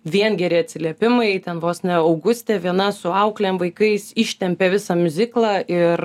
vien geri atsiliepimai ten vos ne augustė viena su auklėm vaikais ištempė visą miuziklą ir